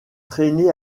traîner